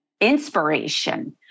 inspiration